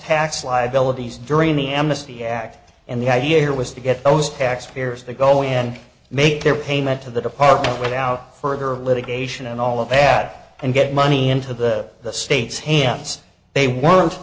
tax liabilities during the amnesty act and the idea here was to get those tax payers that go in and make their payment to the department without further litigation and all of bad and get money into the state's hands they weren't